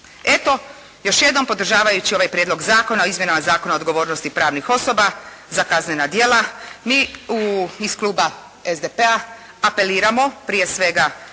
Eto, još jednom podržavajući ovaj Prijedlog Zakona o izmjenama Zakona o odgovornosti pravnih osoba za kaznena djela mi iz kluba SDP-a apeliramo prije svega